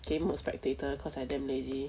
game or spectator cause I damn lazy